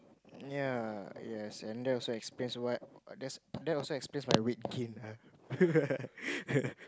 ya yes and that also explains why that's that also explain's my weight gain ah